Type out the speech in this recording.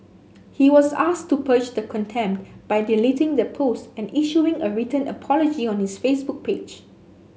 he was asked to purge the contempt by deleting the post and issuing a written apology on his Facebook page